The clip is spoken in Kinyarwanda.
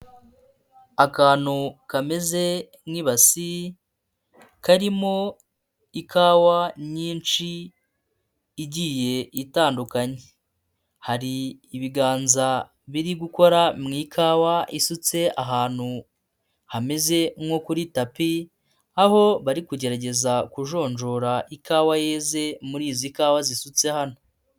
Akantu kameze nk'ibasi karimo ikawa nyinshi igiye itandukanye, hari ibiganza biri gukora mu ikawa isutse ahantu hameze nko kuri tapi, aho bari kugerageza kujonjora ikawa yeze muri izi kawa zisutse hano.